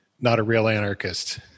not-a-real-anarchist